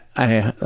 i,